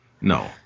no